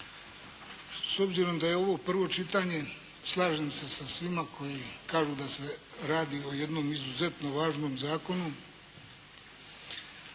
S obzirom da je ovo prvo čitanje, slažem se sa svima koji kažu da se radi o jednom izuzetno važnom zakonu.